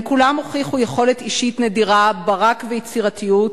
הם כולם הוכיחו יכולת אישית נדירה, ברק ויצירתיות,